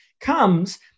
comes